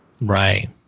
Right